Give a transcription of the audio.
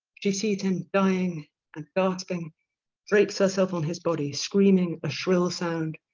she sees him dying and gasping drapes herself on his body, screaming a shrill sound.